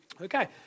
Okay